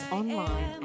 online